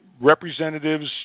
representatives